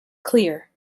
clear